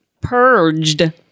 purged